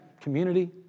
community